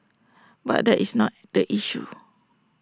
but that is not the issue